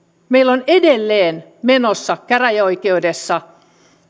meillä on edelleen menossa käräjäoikeudessa